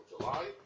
July